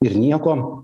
ir nieko